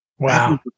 wow